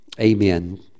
Amen